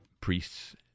priests